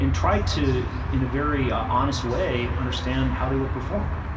and tried to, in a very honest way, understand how they would have performed.